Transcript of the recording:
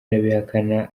arabihakana